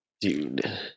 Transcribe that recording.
Dude